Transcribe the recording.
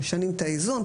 משנים את האיזון.